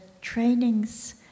trainings